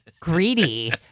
greedy